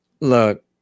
Look